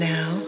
Now